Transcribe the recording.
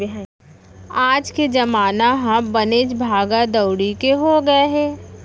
आज के जमाना ह बनेच भागा दउड़ी के हो गए हे